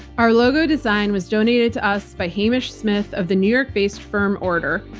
our logo design was donated to us by hamish smyth of the new york based firm order.